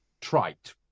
trite